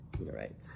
right